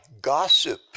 gossip